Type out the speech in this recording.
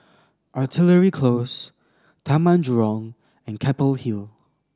Artillery Close Taman Jurong and Keppel Hill